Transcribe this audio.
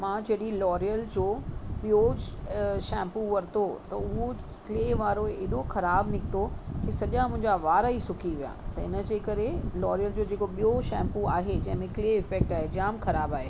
मां जॾहिं लॉरियल जो योज शैंपू वरितो त हू क्ले वारो हेॾो ख़राब निकितो की सॼा मुंहिंजा वार ई सुकी विया त इनजे करे लॉरियल जो जेको ॿियों शैंपू आहे जंहिंमें क्ले इफेक्ट जाम ख़राब आहे